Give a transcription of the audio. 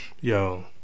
Yo